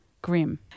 grim